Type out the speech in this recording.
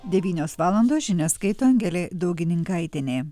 devynios valandos žinias skaito angelė daugininkaitienė